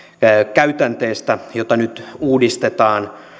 käytänteestä jota nyt uudistetaan